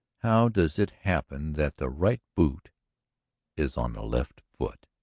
how does it happen that the right boot is on the left foot?